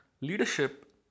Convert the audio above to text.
Leadership